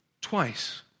twice